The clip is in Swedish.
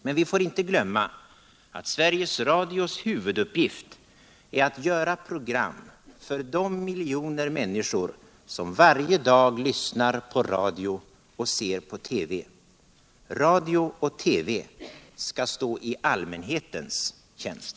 Men vi får inte glömma att Sveriges Radios huvuduppgift är att göra program för alla de miljoner människor som varje dag lyssnar på radio och ser på TV. Radio och TV skall stå i allmänhetens tjänst.